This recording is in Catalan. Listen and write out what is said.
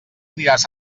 aniràs